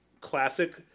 classic